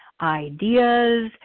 ideas